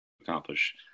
accomplish